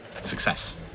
Success